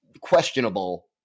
questionable